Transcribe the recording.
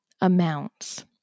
amounts